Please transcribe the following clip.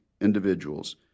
individuals